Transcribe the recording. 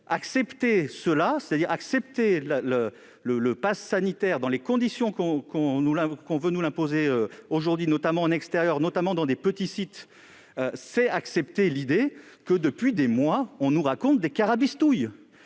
prises pendant des mois ... Accepter le passe sanitaire dans les conditions que l'on veut nous imposer aujourd'hui, notamment en extérieur et dans les petits sites, c'est accepter l'idée que, depuis des mois, on nous raconte des carabistouilles